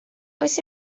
oes